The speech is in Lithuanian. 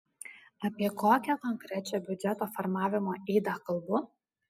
apie kokią konkrečią biudžeto formavimo ydą kalbu